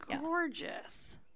gorgeous